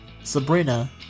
Sabrina